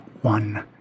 one